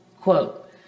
Quote